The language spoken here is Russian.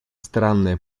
странное